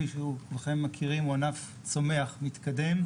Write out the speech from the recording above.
כפי שכולכם מכירים הוא ענף צומח ומתקדם,